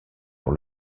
pour